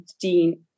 Dean